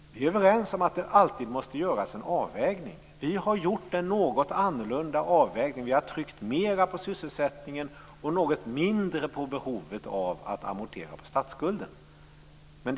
Vi är överens om att det alltid måste göras en avvägning. Vi har gjort en något annorlunda avvägning. Vi har tryckt mera på sysselsättningen och något mindre på behovet av att amortera på statsskulden.